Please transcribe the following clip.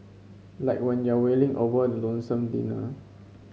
like when you're wailing over the lonesome dinner